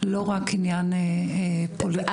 לא רק עניין פוליטי,